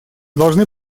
должны